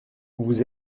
vous